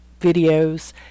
videos